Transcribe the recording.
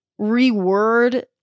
reword